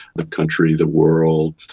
the country, the world,